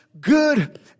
good